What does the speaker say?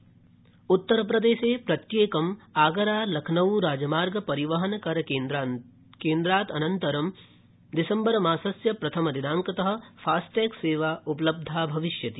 आगरा उत्तर प्रदेशे प्रत्येकम् आगरा लखनऊ राजमार्ग परिवहन कर केन्द्रानन्तरं दिसम्बरमासस्य प्रथमदिनांकत फास्टेग सेवा उपलब्धा भविष्यति